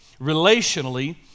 relationally